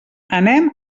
anem